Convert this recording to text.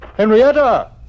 Henrietta